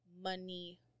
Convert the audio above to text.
money